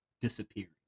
disappearing